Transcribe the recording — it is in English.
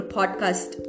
Podcast